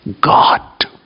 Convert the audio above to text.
God